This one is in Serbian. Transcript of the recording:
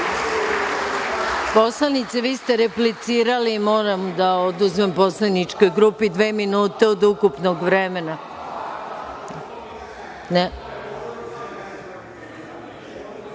Poslanice, vi ste replicirali i moram da oduzmem poslaničkoj grupi dve minute od ukupnog vremena. Zato